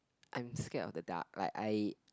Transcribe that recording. I'm scared of the dark like I